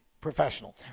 professional